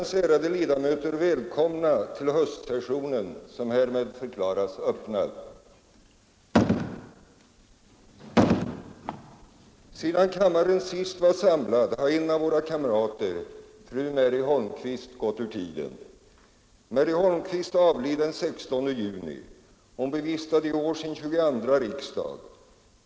Sedan kammaren sist var samlad har en av våra kamrater, fru Mary Holmqvist, gått ur tiden. Mary Holmqvist avled den 16 juni. Hon bevistade i år sin tjugoandra riksdag.